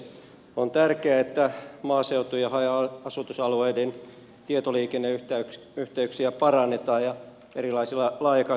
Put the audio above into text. on tärkeää että maaseudun ja haja asutusalueiden tietoliikenneyhteyksiä parannetaan erilaisilla laajakaistahankkeilla